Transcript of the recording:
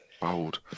Bold